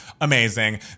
Amazing